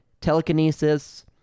telekinesis